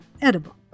edible